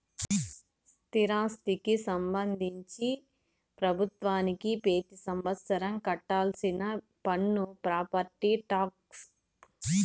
స్థిరాస్తికి సంబంధించి ప్రభుత్వానికి పెతి సంవత్సరం కట్టాల్సిన పన్ను ప్రాపర్టీ టాక్స్